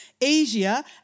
Asia